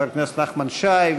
חבר הכנסת נחמן שי,